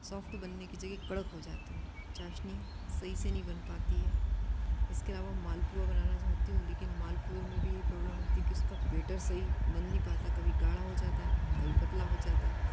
soft बनने की जगह कड़क हो जाते हैं चाशनी सही से नहीं बन पाती है इसके अलावा मालपुआ बनाना चाहती हूँ लेकिन मालपुए में भी यही प्रॉब्लम होती कि उसका बेटर सही बन नहीं पाता कभी गाढ़ा हो जाता है कभी पतला हो जाता है